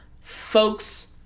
folks